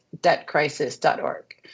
debtcrisis.org